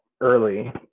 early